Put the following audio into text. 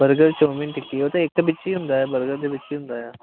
burger chowmein tikki ਉਹ ਤੇ ਵਿੱਚੇ ਹੁੰਦਾ ਬਰਗਰ ਦੇ ਵਿੱਚੇ ਹੁੰਦਾ ਆ